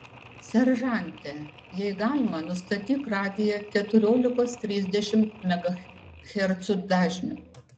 seržante jei galima nustatyk radiją keturiolikos trisdešimt megahercų dažniu